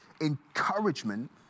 encouragement